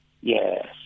Yes